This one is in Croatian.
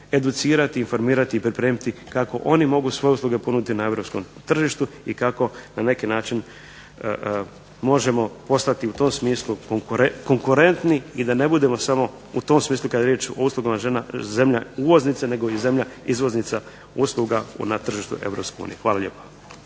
educirati, informirati i pripremiti kako oni mogu svoje usluge ponuditi na europskom tržištu i kako na neki način možemo postati u tom smislu konkurentni i da ne budemo samo u tom smislu kada je riječ o uslugama zemlja uvoznica nego i zemlja izvoznica usluga na tržištu Europske unije. Hvala lijepo.